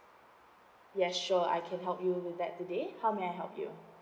yes sure I can help you with that today how may I help you